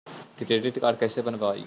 Credit card कैसे बनवाई?